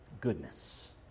goodness